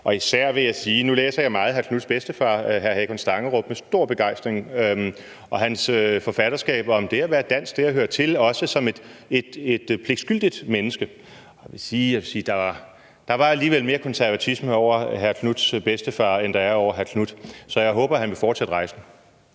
Folkeparti. Nu læser jeg meget hr. Marcus Knuths bedstefar, Hakon Stangerup, med stor begejstring – hans forfatterskab om det at være dansk og det at høre til, også som et pligtskyldigt menneske. Jeg vil sige, at der alligevel var mere konservatisme over hr. Marcus Knuths bedstefar, end der er over hr. Marcus Knuth. Så jeg håber, at han vil fortsætte rejsen.